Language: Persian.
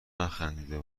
نخندیده